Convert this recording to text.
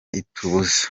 itubuza